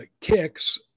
kicks